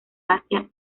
asia